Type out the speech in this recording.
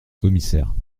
commissaire